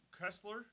Kessler